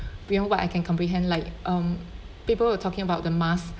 beyond what I can comprehend like um people were talking about the mask